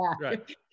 Right